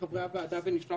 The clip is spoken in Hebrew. לוועדה לפצל